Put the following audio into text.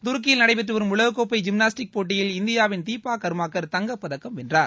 துருக்கியில் நடைபெற்று வரும் உலகக்கோப்பை ஜிம்னாஸ்டிக் போட்டியில் இந்தியாவின் தீபா கர்மாக்கர் தங்கப்பதக்கம் வென்றார்